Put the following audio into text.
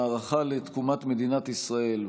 המערכה לתקומת מדינת ישראל,